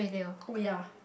oh ya